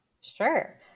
Sure